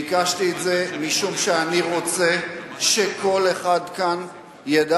ביקשתי את זה, משום שאני רוצה שכל אחד כאן ידע